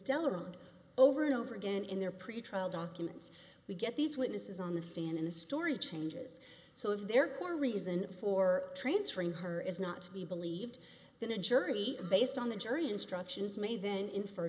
delegate over and over again in their pretrial documents we get these witnesses on the stand in the story changes so of their core reason for transferring her is not to be believed that a jury based on the jury instructions may then infer